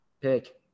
pick